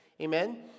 Amen